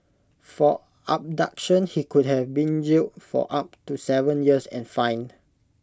for abduction he could have been jailed for up to Seven years and fined